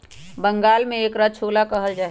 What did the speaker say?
बंगाल में एकरा छोला कहल जाहई